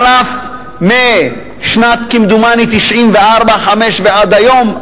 כמה זמן חלף כמדומני משנת 1994/95 ועד היום,